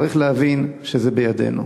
צריך להבין שזה בידינו.